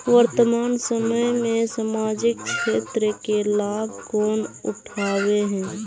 वर्तमान समय में सामाजिक क्षेत्र के लाभ कौन उठावे है?